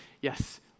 yes